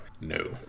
no